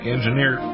engineer